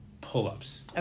pull-ups